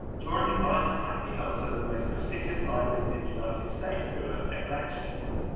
during his lifetime he helped some of the most prestigious libraries in the united states build up their collections,